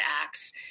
acts